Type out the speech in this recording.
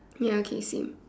ya okay same